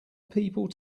people